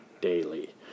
daily